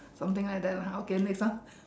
something like that lah okay next one